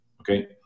Okay